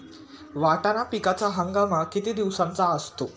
वाटाणा पिकाचा हंगाम किती दिवसांचा असतो?